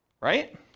Right